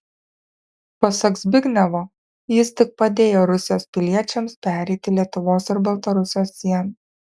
pasak zbignevo jis tik padėjo rusijos piliečiams pereiti lietuvos ir baltarusijos sieną